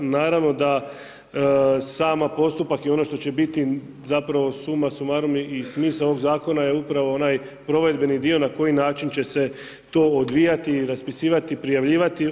Naravno da sam postupak i ono što će biti zapravo suma sumarum i smisao ovog zakona je upravo onaj provedbeni dio na koji način će se to odvijati i raspisivati, prijavljivati.